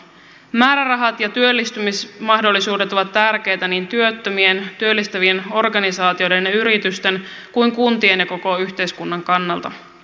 määrärahat ja työllistymismahdollisuudet ovat tärkeitä niin työttömien työllistävien organisaatioiden ja yritysten kuin kuntien ja koko yhteiskunnan kannalta